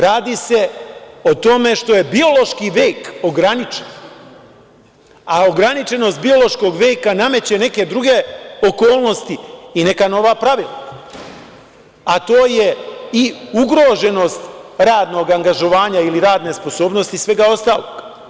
Radi se o tome što je biološki vek ograničen, a ograničenost biološkog veka nameće neke druge okolnosti i neka nova pravila, a to je i ugroženost radnog angažovanja ili radne sposobnosti i svega ostalog.